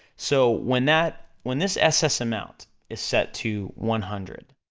so, when that, when this ss amount is set to one hundred,